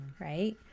right